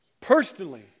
Personally